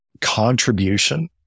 contribution